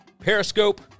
Periscope